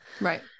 right